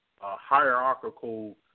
hierarchical